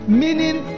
meaning